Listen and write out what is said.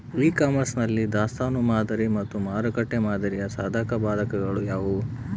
E commerce ನಲ್ಲಿ ದಾಸ್ತನು ಮಾದರಿ ಮತ್ತು ಮಾರುಕಟ್ಟೆ ಮಾದರಿಯ ಸಾಧಕಬಾಧಕಗಳು ಯಾವುವು?